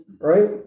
right